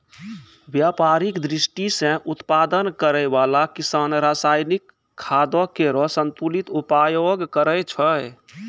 व्यापारिक दृष्टि सें उत्पादन करै वाला किसान रासायनिक खादो केरो संतुलित उपयोग करै छै